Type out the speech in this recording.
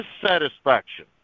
dissatisfaction